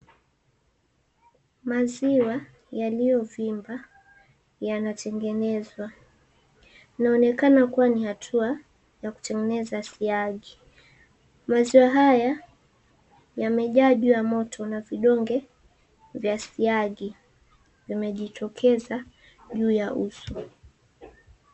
Maziwa yaliyovimba yanatengenezwa. Inaonekana kuwa ni hatua ya kutengeneza siagi. Maziwa haya yamejaa juu ya moto na vidonge vya siagi vimejitokeza juu ya uso.